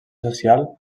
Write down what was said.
social